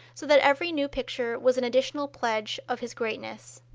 so that every new picture was an additional pledge of his greatness.